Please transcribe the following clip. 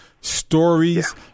stories